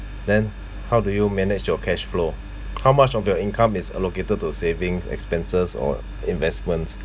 then how did you manage your cash flow how much of your income is allocated to savings expenses or investments